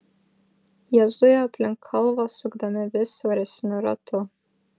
jie zujo aplink kalvą sukdami vis siauresniu ratu